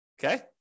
Okay